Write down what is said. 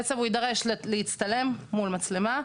בעצם הוא יידרש להצטלם מול מצלמה,